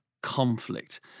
conflict